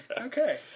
Okay